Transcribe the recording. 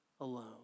alone